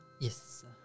Yes